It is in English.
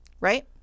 right